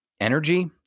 energy